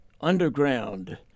underground